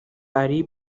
ali